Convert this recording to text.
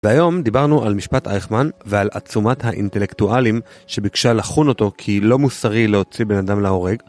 והיום דיברנו על משפט אייכמן, ועל עצומת האינטלקטואלים שביקשה לחון אותו, כי לא מוסרי להוציא בן אדם להורג.